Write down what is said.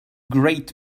great